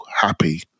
happy